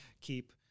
keep